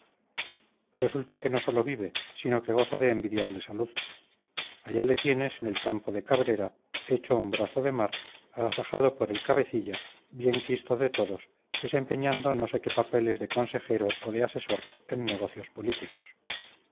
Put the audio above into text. resulta que no sólo vive sino que goza de envidiable salud allá le tienes en el campo de cabrera hecho un brazo de mar agasajado por el cabecilla bien quisto de todos desempeñando no sé qué papeles de consejero o de asesor en negocios políticos